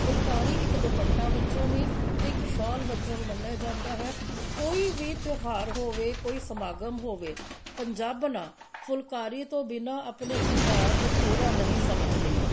ਫੁਲਕਾਰੀ ਇੱਕ ਦੁਪੱਟਾ ਵਜੋਂ ਵੀ ਅਤੇ ਇੱਕ ਸ਼ੌਲ ਵਜੋਂ ਵੀ ਮੰਨਿਆ ਜਾਂਦਾ ਹੈ ਕੋਈ ਵੀ ਤਿਉਹਾਰ ਹੋਵੇ ਕੋਈ ਸਮਾਗਮ ਹੋਵੇ ਪੰਜਾਬਣਾਂ ਫੁਲਕਾਰੀ ਤੋਂ ਬਿਨਾਂ ਆਪਣੇ ਸ਼ਿੰਗਾਰ ਨੂੰ ਪੂਰਾ ਨਹੀਂ ਸਮਝਦੀਆਂ